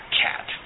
cat